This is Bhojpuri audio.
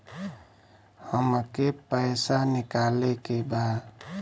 हमके पैसा निकाले के बा